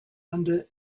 under